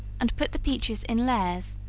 and put the peaches in layers,